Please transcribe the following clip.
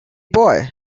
boy